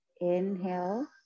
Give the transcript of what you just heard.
Inhale